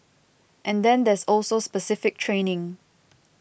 and then there's also specific training